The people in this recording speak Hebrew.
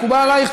מקובל עלייך,